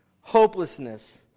hopelessness